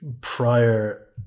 prior